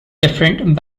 different